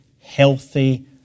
healthy